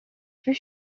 plus